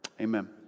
Amen